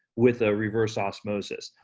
with a reverse osmosis.